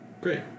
Great